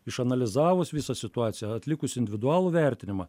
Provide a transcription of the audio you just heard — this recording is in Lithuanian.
išanalizavus visą situaciją atlikus individualų vertinimą